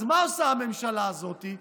אז מה עושה הממשלה הזאת?